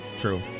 True